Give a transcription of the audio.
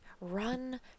Run